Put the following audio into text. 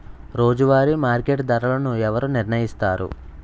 రోజువారి మార్కెట్ ధరలను ఎవరు నిర్ణయిస్తారు?